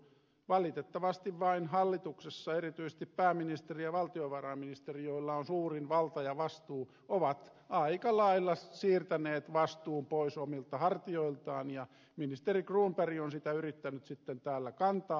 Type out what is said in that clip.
valitettavasti vain hallituksessa erityisesti pääministeri ja valtiovarainministeri joilla on suurin valta ja vastuu ovat aika lailla siirtäneet vastuun pois omilta hartioiltaan ja ministeri cronberg on sitä yrittänyt sitten täällä kantaa